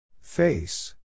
Face